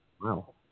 Wow